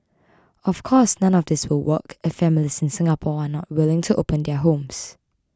of course none of this will work if families in Singapore are not willing to open their homes